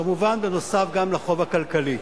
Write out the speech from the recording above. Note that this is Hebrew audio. כמובן, נוסף גם על החוב הכלכלי.